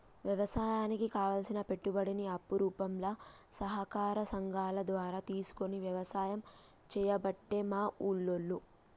వ్యవసాయానికి కావలసిన పెట్టుబడిని అప్పు రూపంల సహకార సంగాల ద్వారా తీసుకొని వ్యసాయం చేయబట్టే మా ఉల్లోళ్ళు